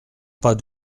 pas